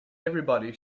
everybody